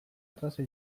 erraza